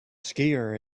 skier